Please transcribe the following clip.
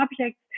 objects